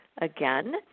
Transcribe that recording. Again